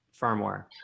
firmware